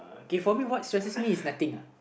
okay for me what stresses me is nothing uh